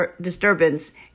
disturbance